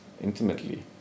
intimately